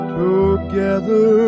together